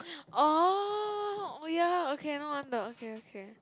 oh oh ya okay no wonder okay okay